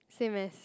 same as